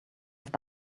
have